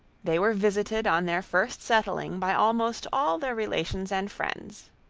they were visited on their first settling by almost all their relations and friends.